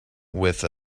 with